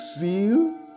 feel